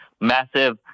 massive